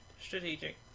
strategic